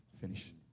Finish